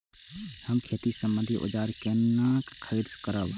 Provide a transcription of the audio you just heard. हम खेती सम्बन्धी औजार केना खरीद करब?